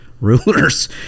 rulers